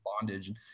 bondage